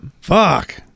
Fuck